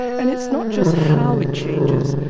and it's not just how it changes,